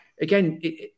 again